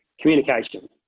communication